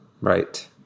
right